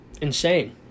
Insane